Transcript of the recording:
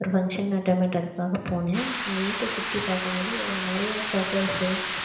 ஒரு function attend பண்றதுக்காக போனேன் அவங்க வீட்டை சுற்றிப் பார்க்கும்போது நிறைய ஃபிளவர்ஸு